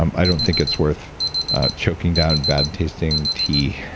um i don't think it's worth choking down bad tasting tea.